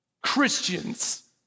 Christians